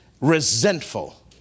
resentful